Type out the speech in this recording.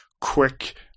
quick